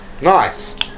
nice